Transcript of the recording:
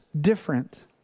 different